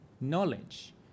knowledge